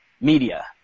media